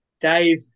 Dave